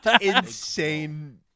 insane